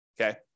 okay